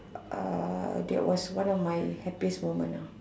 uh that was one of my happiest moment nah